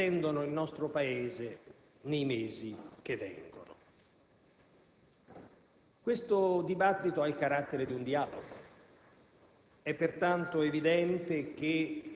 che attendono il nostro Paese nei mesi che vengono. Questo dibattito ha i caratteri di un dialogo: